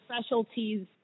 specialties